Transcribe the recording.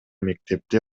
мектепти